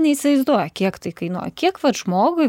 neįsivaizduoja kiek tai kainuoja kiek vat žmogui